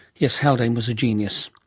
yes, haldane was a genius,